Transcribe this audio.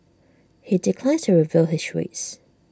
he declines to reveal his rates